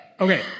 Okay